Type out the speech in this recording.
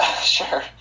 Sure